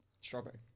strawberry